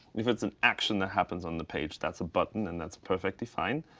if it's an action that happens on the page, that's a button, and that's perfectly fine.